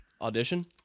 audition